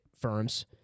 firms